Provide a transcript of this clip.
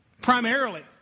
Primarily